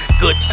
Good